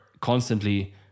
constantly